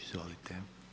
Izvolite.